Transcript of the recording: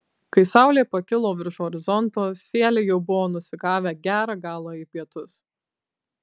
kai saulė pakilo virš horizonto sieliai jau buvo nusigavę gerą galą į pietus